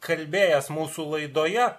kalbėjęs mūsų laidoje